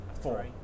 four